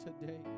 today